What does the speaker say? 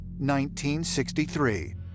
1963